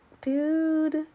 dude